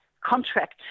contract